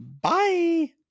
Bye